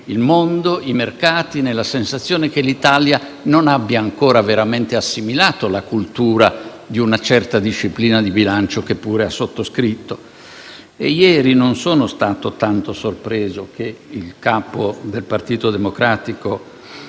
il mondo e i mercati nella sensazione che l'Italia non abbia ancora veramente assimilato la cultura di una certa disciplina di bilancio, che pure ha sottoscritto. Ieri non sono stato tanto sorpreso del fatto che il Capogruppo del Partito Democratico